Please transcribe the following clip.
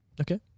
Okay